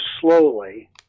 slowly